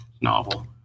novel